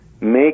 make